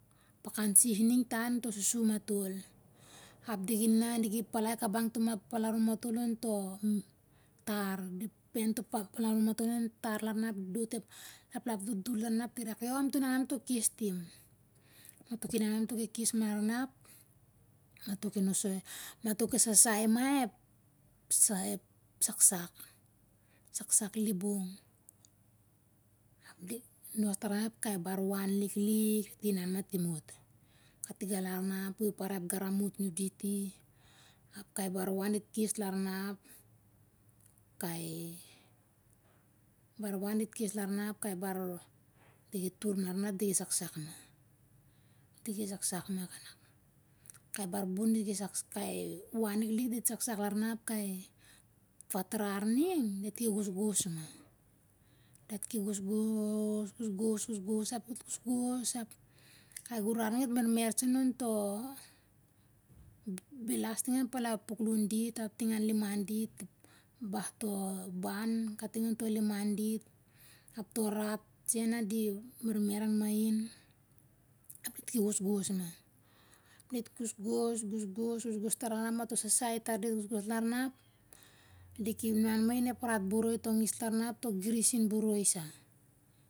Pakan si ning ta on to susum matol, ap diki inan diki palai kabang tum apalarun matol onto mm tar, dip pen toh pak palarun matol ontoh tar larna ap didot ep laplap durdur larna ap di rak io amtoh inan amtoh kes tim, mato ki inan ma mato ki kes ma lama ap, mato ki nosoi mato ki sasai ma ep sa ep saksak. saksak libung. apdi nos tarma ap kai bar wan liklik di inan ma timot. Ka tigalarna ap di parai garamut nun diti, ap kai bar wan dit kes larna ap, kai bar wan dit kes larna ap kar bar diki tur larna ap diki saksak ma. diki saksak ma kanak kai bar bun diki sak kai wan liklik dit saksak larna ap kai fatrar ning dit ki gosgos ma. dit ki gosgos. gosgos. gosgos, ap dit gosgos ap kai gurar ning dit mermer sen ontoh bilas tingan pala puklun dit, ap toh rat sen na di mermer anmain, ap dit ki gosgos ma, dit ki gosgos. gosgos. gosgostar larna, mato sasai tar diat gosgos larna ap diki inan main ep rat boroi tongis larna ap toh girisin boroi sa.